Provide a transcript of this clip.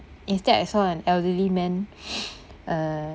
instead I saw an elderly man uh